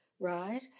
right